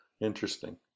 interesting